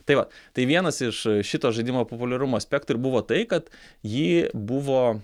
tai va tai vienas iš šito žaidimo populiarumo aspektų ir buvo tai kad jį buvo